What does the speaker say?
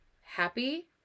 happy